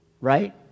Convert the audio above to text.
Right